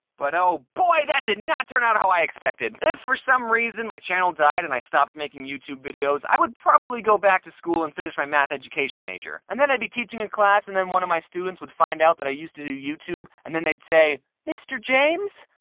but oh boy! that did not turn out how i expected. if, for some reason, my channel died and i stopped making youtube videos, i would probably go back to school and finish my math education major. and then i'd be teaching in class and then one of my students would find out that i used to do youtube, and then they'd say, mr. james.